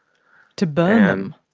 to burn them?